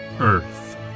Earth